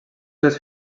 dues